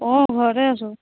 অ' ঘৰতে আছোঁ